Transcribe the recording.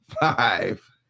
Five